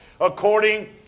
according